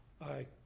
aye